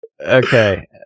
Okay